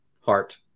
heart